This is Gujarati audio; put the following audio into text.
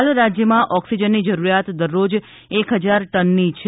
હાલ રાજ્યમાં ઓક્સિજનની જરૂરિયાત દરરોજ એક ફજાર ટનની છે